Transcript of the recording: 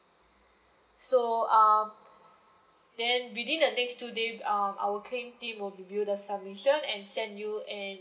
so um then within the next two days um our claim team will review the submission and send you an